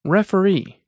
Referee